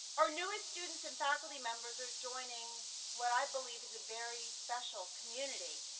our newest students and faculty members are joining what i believe is a very special community.